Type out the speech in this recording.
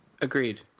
Agreed